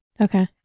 Okay